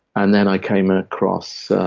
and then i came ah across ah